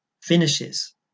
finishes